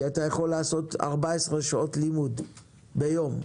כי אתה יכול לעשות 14 שעות לימוד ביום,